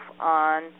on